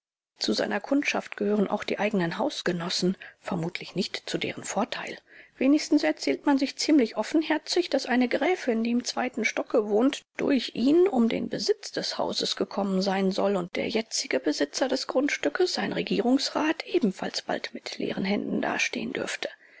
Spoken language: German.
zu seiner kundschaft gehören auch die eigenen hausgenossen vermutlich nicht zu deren vorteil wenigstens erzählt man sich ziemlich offenherzig daß eine gräfin die im zweiten stocke wohnt durch ihn um den besitz des hauses gekommen sein soll und der jetzige besitzer des grundstückes ein regierungsrat ebenfalls bald mit leeren händen dastehen dürfte